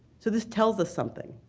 so this tells us something.